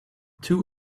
two